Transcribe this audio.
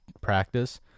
practice